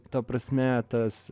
ta prasme tas